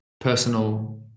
personal